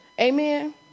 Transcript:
Amen